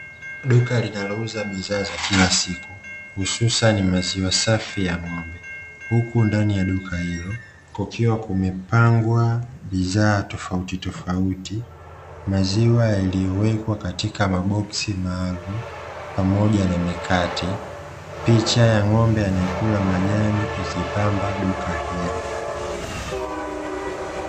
Duka linalouza bidhaa za kila siku hususani maziwa safi ya ng'ombe, huku ndani ya duka hilo kukiwa kumepangwa bidhaa tofautitofauti, maziwa yaliyowekwa katika maboksi maalumu pamoja na mikate. Picha ya ng'ombe anayekula majani ikipamba duka hilo.